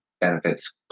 benefits